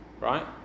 right